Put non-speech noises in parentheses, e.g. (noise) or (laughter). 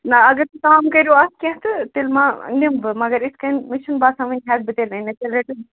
نہ اگر تُہۍ کَم کٔرِو اَتھ کیٚنٛہہ تہٕ تیٚلہِ ما نِمہٕ بہٕ مگر یِتھ کٔنۍ مےٚ چھُنہٕ باسان وۄنۍ ہٮ۪کہٕ بہٕ تیٚلہِ أنِتھ (unintelligible)